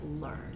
learn